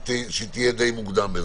שתהיה דיי מוקדם.